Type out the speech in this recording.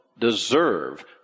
deserve